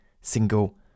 single